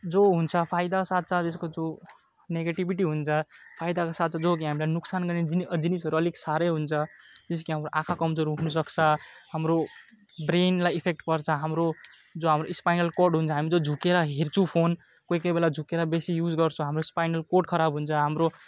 जो हुन्छ फाइदा साथसाथ यसको जो निगेटिभिटी हुन्छ फाइदाको साथ साथ जो हामीलाई नुकसान गर्ने जि जिनिसहरू अलिक साह्रै हुन्छ जस्तो कि हाम्रो आँखा कमजोर हुनसक्छ हाम्रो ब्रेनलाई इफेक्ट पर्छ हाम्रो जो हाम्रो स्पाइनल कर्ड हुन्छ हामी जो झुकेर हेर्छु फोन कोही कोही बेला झुकेर बेसी युज गर्छु हाम्रो स्पाइनल कर्ड खराब हुन्छ हाम्रो